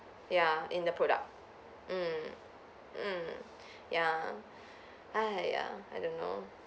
ya in the product mm mm ya !haiya! I don't know